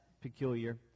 peculiar